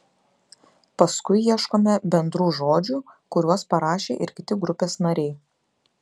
paskui ieškome bendrų žodžių kuriuos parašė ir kiti grupės nariai